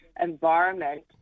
environment